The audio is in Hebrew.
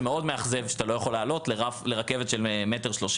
זה מאכזב מאוד שאתה לא יכול לעלות לרכבת כשהרף הוא 1.30 מטרים.